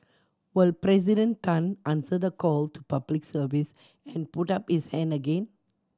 will President Tan answer the call to Public Service and put up his hand again